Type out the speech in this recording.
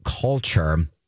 culture